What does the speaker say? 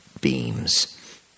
beams